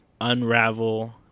unravel